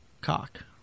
cock